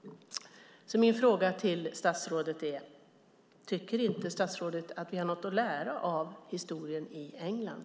Tycker inte statsrådet att vi har något att lära av historien i England?